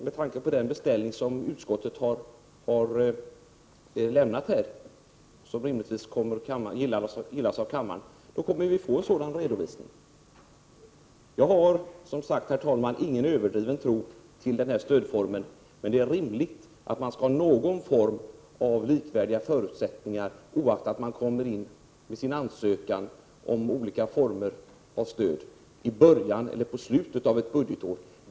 Med tanke på den beställning som utskottet har lämnat, som rimligtvis kommer att gillas av kammaren, kommer vi att få en sådan redovisning. Jag har som sagt, herr talman, ingen överdriven tilltro till den här stödformen, men det är rimligt att man har likvärdiga förutsättningar, oaktat man kommer in med sin ansökan om stöd i början eller i slutet av ett budgetår.